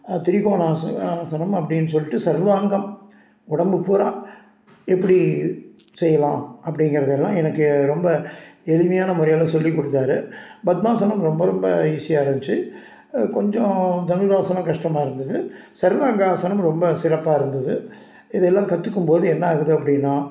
திரிகோண ஆசனம் ஆசனம் அப்படின்னு சொல்லிட்டு சர்வாங்கம் உடம்பு பூரா எப்பிடி செய்யலாம் அப்படிங்கிறதெல்லாம் எனக்கு ரொம்ப எளிமையான முறையில் சொல்லிக் கொடுத்தாரு பத்மாசனம் ரொம்ப ரொம்ப ஈஸியாக இருந்துச்சி கொஞ்சம் தனுராசனம் கஷ்டமாக இருந்தது சர்வாங்காசனம் ரொம்ப சிறப்பாக இருந்தது இதெல்லாம் கற்றுக்கும்போது என்னாகுது அப்படின்னா